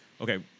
Okay